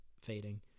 fading